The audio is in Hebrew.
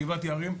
גבעת יערים,